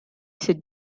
sit